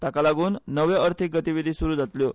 ताकालागून नव्यो अर्थिक गतिविधी स्रु जातल्यो